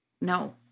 No